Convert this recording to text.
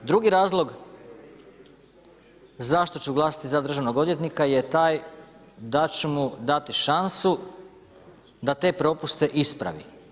Drugi razlog zašto ću glasati za državnog odvjetnika je taj da ću mu dati šansu da te propuste ispravi.